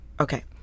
Okay